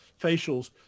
facials